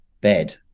bed